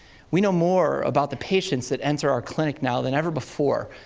we know more about the patients that enter our clinic now than ever before.